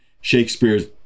Shakespeare's